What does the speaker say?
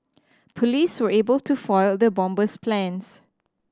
police were able to foil the bomber's plans